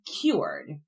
cured